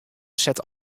set